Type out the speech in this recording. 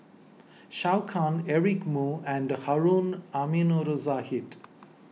Zhou Can Eric Moo and Harun Aminurrashid